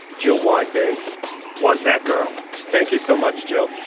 joe windbags was that girl. thank you so much, joe.